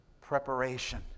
preparation